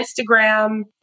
Instagram